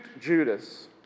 Judas